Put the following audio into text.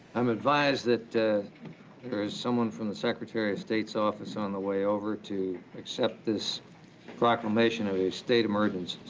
i'm advised that, ah, there is someone from the secretary of state's office on the way over to accept this proclamation of a state emergency,